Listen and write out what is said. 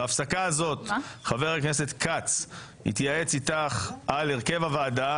בהפסקה הזאת חבר הכנסת כץ יתייעץ איתך על הרכב הוועדה